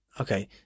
okay